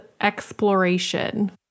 exploration